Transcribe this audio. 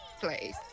place